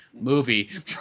movie